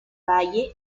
valle